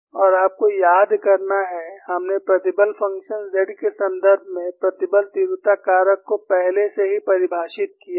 और आपको याद करना है हमने प्रतिबल फ़ंक्शन Z के संदर्भ में प्रतिबल तीव्रता कारक को पहले से ही परिभाषित किया है